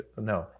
No